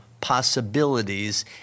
possibilities